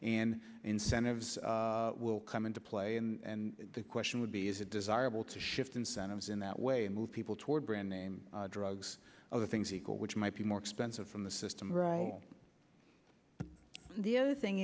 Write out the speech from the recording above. and incentives will come into play and the question would be is it desirable to shift incentives in that way and move people toward brand name drugs other things equal which might be more expensive from the system right the other thing